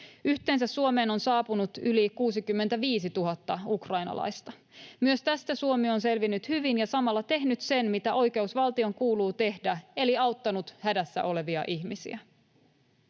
Yhteensä Suomeen on saapunut yli 65 000 ukrainalaista. Myös tästä Suomi on selvinnyt hyvin ja samalla tehnyt sen, mitä oikeusvaltion kuuluu tehdä, eli auttanut hädässä olevia ihmisiä.